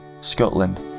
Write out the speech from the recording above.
Scotland